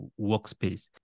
workspace